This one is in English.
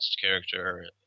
character